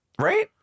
Right